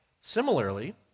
Similarly